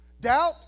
Doubt